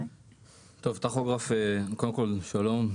שלום,